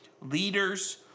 leaders